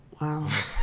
Wow